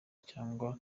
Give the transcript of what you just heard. cyangwa